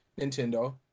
Nintendo